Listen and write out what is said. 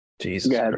Jesus